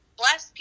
bless